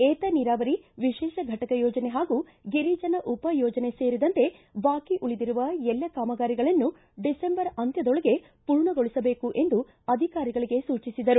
ಏತ ನೀರಾವರಿ ವಿಶೇಷ ಫಟಕ ಯೋಜನೆ ಹಾಗೂ ಗಿರಿಜನ ಉಪ ಯೋಜನೆ ಸೇರಿದಂತೆ ಬಾಕಿ ಉಳಿದಿರುವ ಎಲ್ಲ ಕಾಮಗಾರಿಗಳನ್ನು ಡಿಸೆಂಬರ್ ಅಂತ್ಯದೊಳಗೆ ಪೂರ್ಣಗೊಳಿಸಬೇಕು ಎಂದು ಅಧಿಕಾರಿಗಳಿಗೆ ಸೂಚಿಸಿದರು